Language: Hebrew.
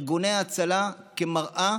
ארגוני ההצלה כמראה